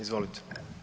Izvolite.